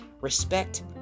respect